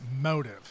motive